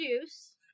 juice